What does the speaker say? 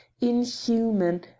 inhuman